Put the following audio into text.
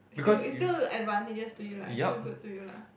it's still it's still advantageous to you lah it's still good to you lah